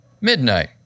Midnight